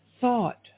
thought